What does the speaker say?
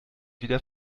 wieder